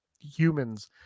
humans